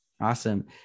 Awesome